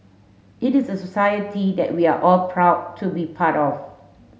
it is a society that we are all proud to be part of